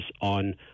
on